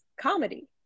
comedy